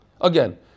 again